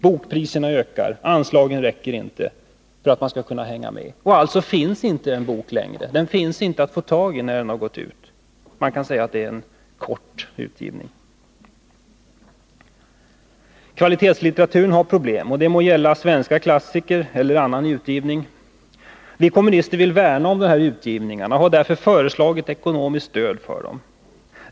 Bokpriserna ökar och anslagen räcker inte för att man skall kunna hänga med. Alltså finns en bok inte längre att få tag i när den gått ut, och man kan säga att det är en ”kort” utgivning. Kvalitetslitteraturen har problem, det må gälla svenska klassiker eller allmän utgivning. Vi kommunister vill värna om dessa utgivningar och har därför föreslagit ekonomiskt stöd för dem.